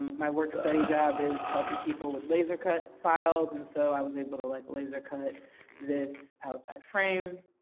my work study job is helping people with laser cut files. and so i was able to like laser cut this outside frame.